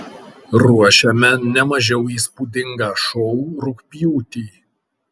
ruošiame ne mažiau įspūdingą šou rugpjūtį